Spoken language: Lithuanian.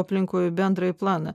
aplinkoj bendrąjį planą